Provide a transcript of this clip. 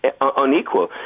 unequal